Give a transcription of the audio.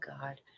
god